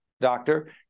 doctor